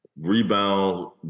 Rebound